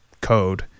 code